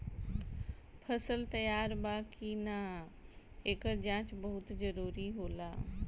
फसल तैयार बा कि ना, एकर जाँच बहुत जरूरी होला